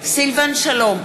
סילבן שלום,